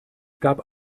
gab